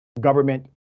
Government